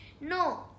No